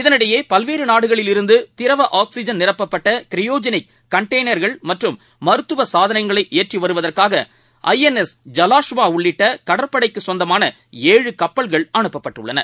இதனிடையே பல்வேறு நாடுகளில் இருந்து திரவ ஆக்ஸிஜன் நிரப்பப்பட்ட க்ரையோஜெனிக் கன்டெய்னா்கள் மற்றும் மருத்துவ சாதனங்களை ஏற்றிவருவதற்காக ஐ என் எஸ் ஜலஸ்வா உள்ளிட்ட கடற்படைக்கு சொந்தமான ஏழு கப்பல்கள் அனுப்பப்பட்டுள்ளன